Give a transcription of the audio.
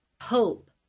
hope